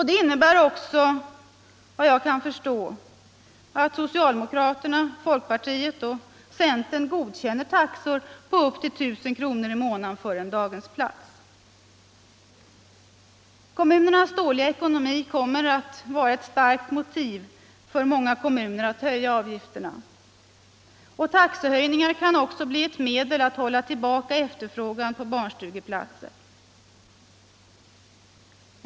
Det innebär också vad jag kan förstå att socialdemokraterna, folkpartiet och centerpartiet godkänner taxor på upp till 1 000 kr. i månaden för en daghemsplats. Kommunernas dåliga ekonomi kommer att vara ett starkt motiv för många kommuner att höja avgifterna. Taxehöjningar kan också bli ett medel att hålla tillbaka efterfrågan på barnstugeplatser.